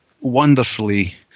wonderfully